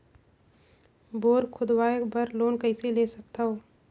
Bore खोदवाय बर loan कइसे ले सकथव?